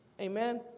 Amen